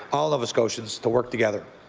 all nova scotians to work together.